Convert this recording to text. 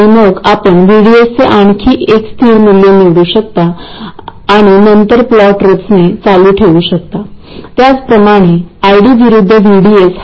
म्हणून जर आपण ड्रेनला फक्त गेटशी जोडले तर गेट व्होल्टेज योग्य दिशेने समायोजित केले जाईल